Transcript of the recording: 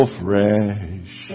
fresh